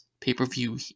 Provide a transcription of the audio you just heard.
pay-per-view